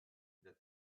the